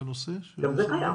גם זה קיים.